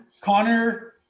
Connor